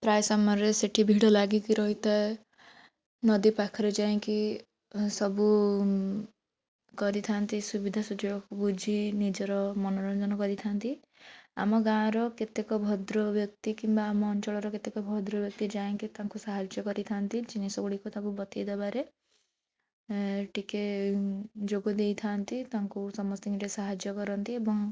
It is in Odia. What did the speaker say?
ପ୍ରାୟ ସମୟରେ ସେଠି ଭିଡ଼ ଲାଗିକି ରହିଥାଏ ନଦୀ ପାଖରେ ଯାଇଁକି ସବୁ କରିଥାନ୍ତି ସୁବିଧା ସୁଯୋଗ ବୁଝି ନିଜର ମନୋରଞ୍ଜନ କରିଥାନ୍ତି ଆମ ଗାଁର କେତେକ ଭଦ୍ରବ୍ୟକ୍ତି କିମ୍ବା ଆମ ଅଞ୍ଚଳର କେତେକ ଭଦ୍ରବ୍ୟକ୍ତି ଯାଇଁକି ତାଙ୍କୁ ସାହାଯ୍ୟ କରିଥାନ୍ତି ଜିନିଷ ଗୁଡ଼ିକ ତାଙ୍କୁ ବତାଇ ଦେବାରେ ଟିକେ ଯୋଗ ଦେଇଥାନ୍ତି ତାଙ୍କୁ ସମସ୍ତଙ୍କୁ ଟିକେ ସାହାଯ୍ୟ କରନ୍ତି ଏବଂ